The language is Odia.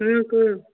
ହୁଁ କୁହ